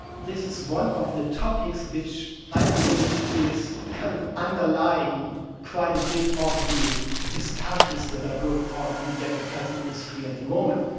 this is one of the topics which i think is kind of underlying quite a bit of the discussions that are going on in the advertising industry at the moment.